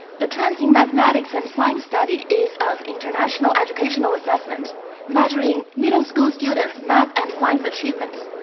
the transient mathematics in assigned study is an international educational assessment measuring middle school students math and science achievements.